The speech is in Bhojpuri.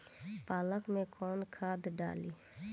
पालक में कौन खाद डाली?